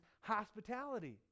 hospitality